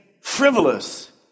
frivolous